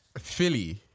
Philly